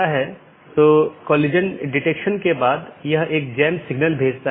यहाँ multi home AS के 2 या अधिक AS या उससे भी अधिक AS के ऑटॉनमस सिस्टम के कनेक्शन हैं